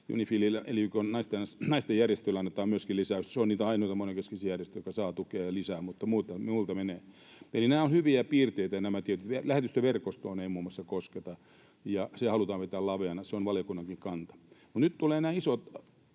UNIFILille ja YK:n naistenjärjestölle annetaan lisäys. Se on niitä ainoita monenkeskisiä järjestöjä, jotka saavat tukea lisää, mutta muilta menee. Eli nämä tietyt ovat hyviä piirteitä. Muun muassa lähetystöverkostoon ei kosketa, vaan se halutaan pitää laveana. Se on valiokunnankin kanta. Mutta nyt tulevat nämä isot,